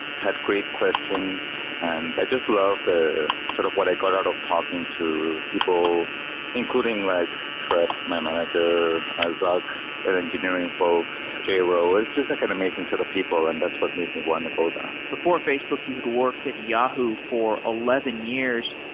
had great questions and i just loved sort of what i got out of talking to people including like shroff, my manager, ah zuck, engineering folks, jayro. it's just like an amazing set of people and that's what made me want to go there before facebook, you had worked at yahoo for eleven years.